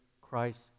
Christ